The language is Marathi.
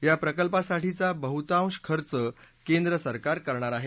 या प्रकल्पासाठीचा बहुतांश खर्च केंद्र सरकार करणार आहे